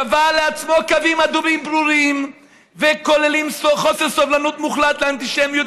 קבע לעצמו קווים אדומים ברורים שכוללים חוסר סובלנות מוחלט לאנטישמיות,